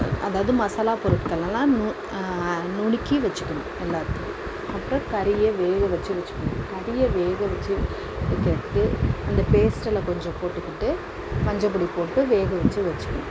அதாவது மசாலா பொருட்களெலாம் நுணுக்கி வைச்சுக்கணும் எல்லாத்தையும் அப்புறம் கரியை வேக வைச்சு வைச்சுக்கணும் கரியை வேக வச்சு வச்சுட்டு அந்த பேஸ்ட்டில் கொஞ்சம் போட்டுக்கிட்டு மஞ்சள் பொடி போட்டு வேக வச்சு வைச்சுக்கணும்